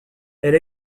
elle